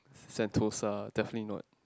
sentosa definitely not